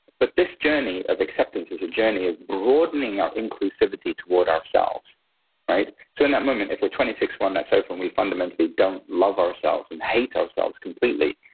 but this journey of acceptance is a journey of broadening our inclusivity toward ourselves right? so, in that moment, if we're twenty six, we're on that sofa and we fundamentally don't love ourselves and hate ourselves completely,